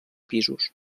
pisos